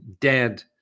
dead